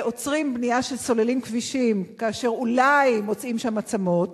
ועוצרים בנייה כשסוללים כבישים כאשר אולי מוצאים שם עצמות,